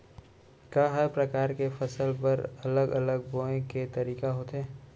का हर प्रकार के फसल बर अलग अलग बोये के तरीका होथे?